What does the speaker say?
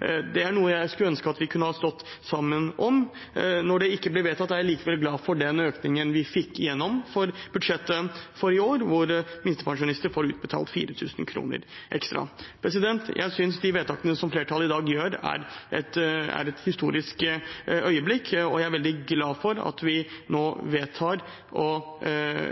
Det er noe jeg skulle ønske at vi kunne ha stått sammen om. Når det ikke blir vedtatt, er jeg likevel glad for den økningen vi fikk gjennom i budsjettet for i år, hvor minstepensjonister får utbetalt 4 000 kr ekstra. Jeg synes at med de vedtakene som flertallet i dag fatter, er det et historisk øyeblikk, og jeg er veldig glad for at vi nå vedtar å